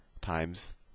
times